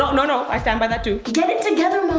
no. no, no, i stand by that too. get it together, mom.